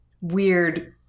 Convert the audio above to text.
weird